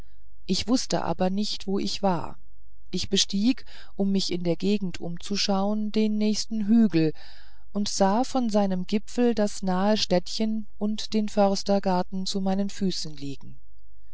ich wußte aber nicht wo ich war ich bestieg um mich in der gegend umzuschauen den nächsten hügel ich sah von seinem gipfel das nahe städtchen und den förstergarten zu meinen füßen liegen